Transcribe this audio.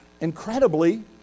Incredibly